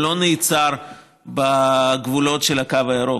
הוא לא נעצר בגבולות של הקו הירוק.